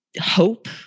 hope